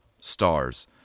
stars